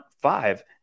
five